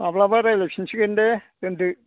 माब्लाबा रायलाय फिनसिगोन दे दोन्दो